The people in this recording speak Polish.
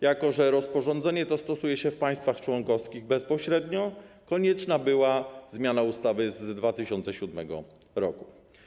Jako że rozporządzenie to stosuje się w państwach członkowskich bezpośrednio, konieczna była zmiana ustawy z 2007 r.